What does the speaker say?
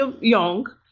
young